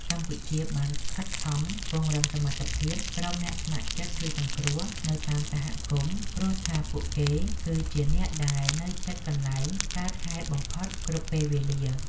កម្ពុជាបានខិតខំពង្រឹងសមត្ថភាពក្រុមអ្នកស្ម័គ្រចិត្តជួយសង្គ្រោះនៅតាមសហគមន៍ ព្រោះថាពួកគេគឺជាអ្នកដែលនៅជិតកន្លែងកើតហេតុបំផុតគ្រប់ពេលវេលា។